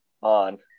on